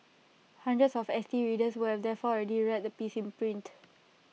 hundreds of S T readers would have therefore already read the piece in print